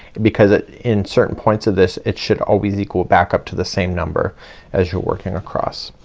because it, in certain points of this it should always equal back up to the same number as you're working across.